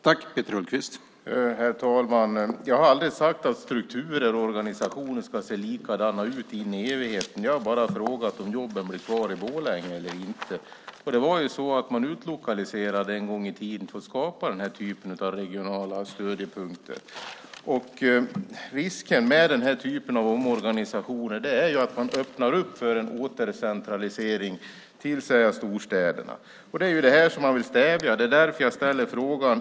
Herr talman! Jag har aldrig sagt att strukturer och organisationer ska se likadana ut in i evigheten. Jag har bara frågat om jobben blir kvar i Borlänge eller inte. Man utlokaliserade en gång i tiden för att skapa regionala stödjepunkter. Risken med den här typen av omorganisationer är att man öppnar för en återcentralisering till storstäderna. Det är det man vill stävja och det är därför jag ställde frågan.